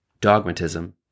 dogmatism